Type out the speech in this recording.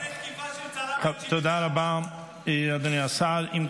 באיזשהו שלב תגנה תקיפה של יהודי בן 74?